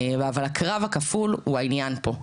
אבל הקרב הכפול הוא העניין פה,